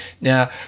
Now